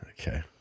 Okay